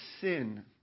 sin